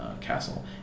castle